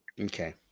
Okay